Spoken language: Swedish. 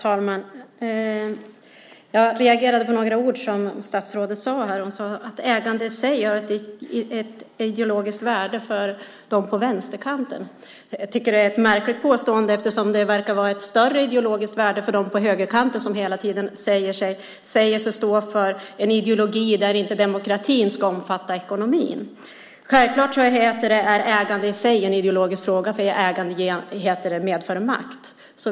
Herr talman! Jag reagerade på något som statsrådet sade. Hon sade att ägande i sig har ett ideologiskt värde för dem på vänsterkanten. Jag tycker att det är ett märkligt påstående. Det verkar vara ett större ideologiskt värde för dem på högerkanten som hela tiden säger sig stå för en ideologi där demokratin inte ska omfatta ekonomin. Självklart är ägande i sig en ideologisk fråga eftersom ägande medför makt.